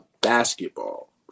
basketball